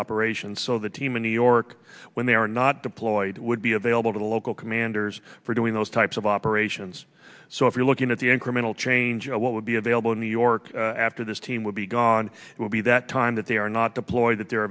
operations so the team in new york when they are not deployed would be available to the local commanders for doing those types of operations so if you're looking at the incremental change of what would be available in new york after this team will be gone it will be that time that they are not deployed that they're